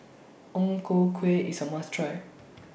Ang Ku Kueh IS A must Try